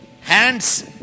hands